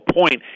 point